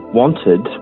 wanted